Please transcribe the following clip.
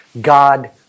God